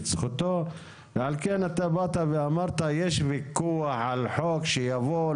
זכותו ועל כן אתה באת ואמרת יש וויכוח על חוק שיבוא,